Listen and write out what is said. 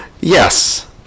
yes